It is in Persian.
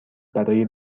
برای